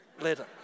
later